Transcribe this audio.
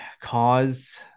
cause